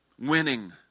Winning